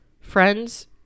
Friends